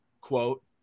quote